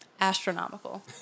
astronomical